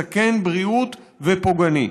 מסכן בריאות ופוגעני.